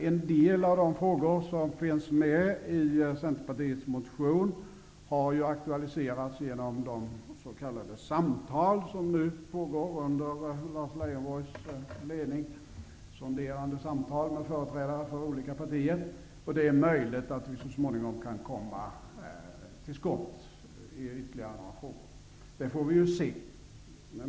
En del av de frågor som finns med i Centerpartiets motion har aktualiserats genom de s.k. samtal som nu pågår under Lars Leijonborgs ledning med företrädare för olika partier. Det är möjligt att vi så småningom kan komma till skott i ytterligare några frågor, men det får vi se.